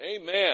Amen